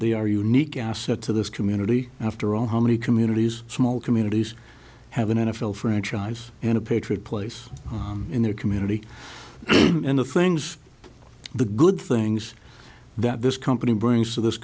they are unique asset to this community after all how many communities small communities have an n f l franchise and a patriot place in their community and the things the good things that this company brings to this